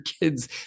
kids